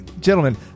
Gentlemen